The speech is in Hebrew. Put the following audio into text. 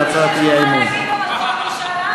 הציבורי.